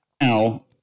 now